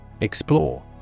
Explore